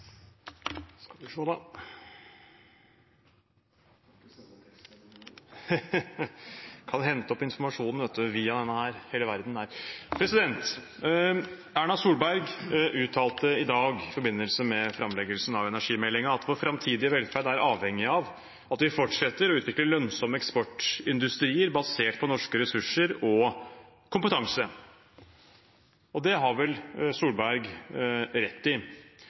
Erna Solberg uttalte i dag i forbindelse med framleggelsen av energimeldingen at vår framtidige velferd er avhengig av at vi fortsetter å utvikle lønnsomme eksportindustrier basert på norske ressurser og norsk kompetanse. Det har vel Solberg rett i.